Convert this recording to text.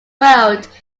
world